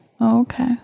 Okay